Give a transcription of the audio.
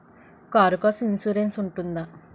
Car కోసం insurance ఉంటుందా?